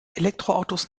elektroautos